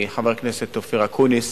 חבר הכנסת אופיר אקוניס